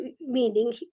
meaning